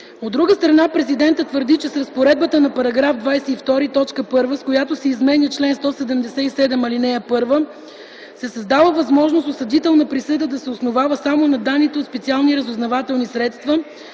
От друга страна, президентът твърди, че с разпоредбата на § 22, т. 1, с която се изменя чл. 177, ал. 1, се създава възможност осъдителна присъда да се основава само на данните от специални разузнавателни средства